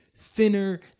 thinner